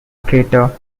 crater